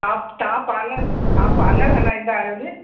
हा तव्हां पार्लर तव्हां पार्लर हलाईंदा आहियो नी